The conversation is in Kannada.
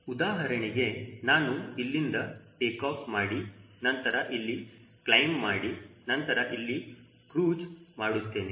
ಉದಾಹರಣೆಗೆ ನಾನು ಇಲ್ಲಿಂದ ಟೇಕಾಫ್ ಮಾಡಿ ನಂತರ ಇಲ್ಲಿ ಕ್ಲೈಮ್ ಮಾಡಿ ನಂತರ ಇಲ್ಲಿ ಕ್ರೂಜ್ ಮಾಡುತ್ತೇನೆ